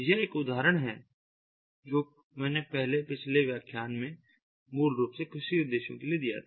यह एक उदाहरण है जो मैंने पहले पिछले व्याख्यान में मूल रूप से कृषि उद्देश्यों के लिए दिया था